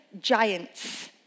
giants